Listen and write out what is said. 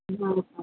ईमाम साहब